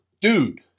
Dude